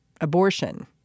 abortion